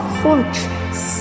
fortress